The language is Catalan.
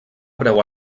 breu